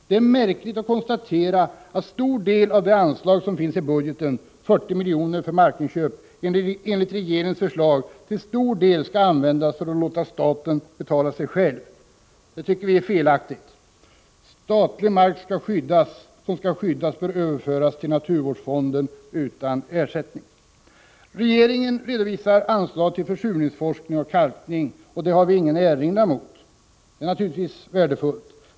Det är märkligt att konstatera att en stor del av det anslag som finns i budgeten — 40 milj.kr. för markinköp — enligt regeringens förslag skall användas för att låta staten betala sig själv. Det tycker vi är felaktigt. Statlig mark som skall skyddas bör överföras till naturvårdsfonden utan ersättning. Regeringen redovisar anslag till försurningsforskning och kalkning. Det har vi ingen erinran mot — det är naturligtvis värdefullt.